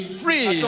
free